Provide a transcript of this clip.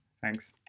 Thanks